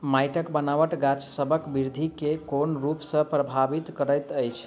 माइटक बनाबट गाछसबक बिरधि केँ कोन रूप सँ परभाबित करइत अछि?